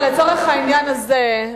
אבל לצורך העניין הזה,